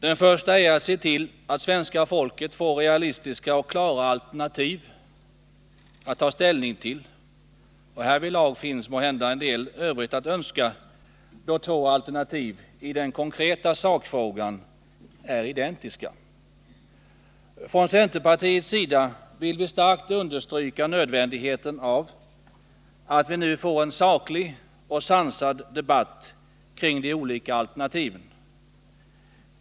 Den första är att se till att svenska folket får realistiska och klara alternativ att ta ställning till. Härvidlag finns måhända en del övrigt att önska, då två alternativ i den konkreta sakfrågan är identiska. Från centerpartiets sida vill vi starkt understryka nödvändigheten av att vi nu får en saklig och sansad debatt kring de olika alternativen.